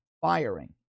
firing